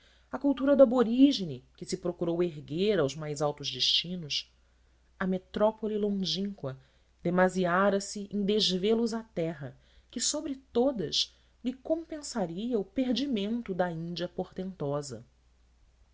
à cultura do aborígine que se procurou erguer aos mais altos destinos a metrópole longínqua demasiara se em desvelos à terra que sobre todas lhe compensaria o perdimento da índia portentosa